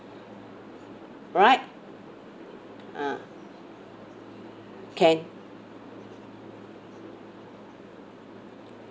alright ah can